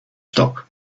stock